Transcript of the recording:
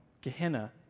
Gehenna